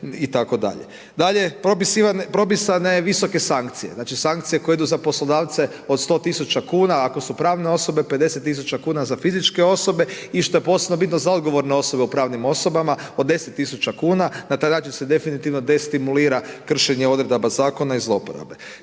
Dalje propisane su visoke sankcije. Znači, sankcije koje idu za poslodavce od 100 tisuća kuna ako su pravne osobe, 50 tisuća kuna za fizičke osobe i što je posebno bitno za odgovorne osobe u pravnim osobama od 10 tisuća kuna na taj način se definitivno destimulira kršenje odredaba zakona i zloporabe.